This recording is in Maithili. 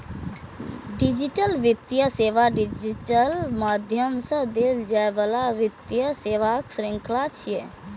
डिजिटल वित्तीय सेवा डिजिटल माध्यम सं देल जाइ बला वित्तीय सेवाक शृंखला छियै